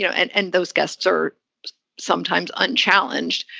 know, and and those guests are sometimes unchallenged.